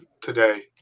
today